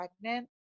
pregnant